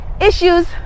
issues